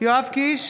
יואב קיש,